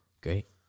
Great